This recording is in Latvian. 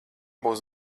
būs